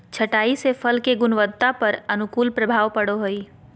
छंटाई से फल के गुणवत्ता पर अनुकूल प्रभाव पड़ो हइ